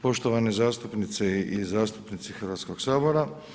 Poštovane zastupnice i zastupnici Hrvatskog sabora.